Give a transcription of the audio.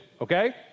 okay